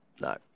no